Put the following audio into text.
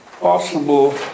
possible